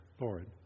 Lord